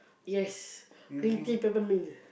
yes green tea peppermint